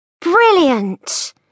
Brilliant